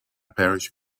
parish